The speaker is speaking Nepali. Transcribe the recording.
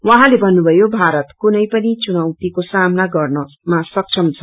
उहाँले भन्नुभयो भारत कुनै पनि चुनौतीको सामना गर्नमा सक्षम छ